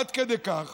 עד כדי כך